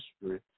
history